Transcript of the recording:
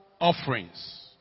offerings